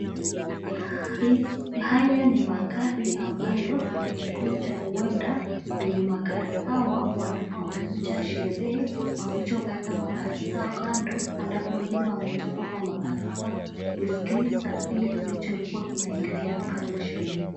Haya ni magari ambayo yamekuja huenda wenye magari hawa walikuwa wamekuja sherehe wakukuja wakaweka magari zao kando halafu wengine wametoka kwa magarai zao kusilikiliza kile kilichikuwa kinaendelea pale sherehe.